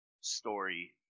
story